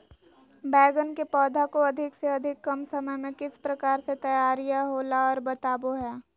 बैगन के पौधा को अधिक से अधिक कम समय में किस प्रकार से तैयारियां होला औ बताबो है?